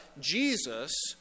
Jesus